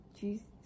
Jesus